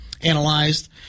analyzed